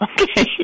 Okay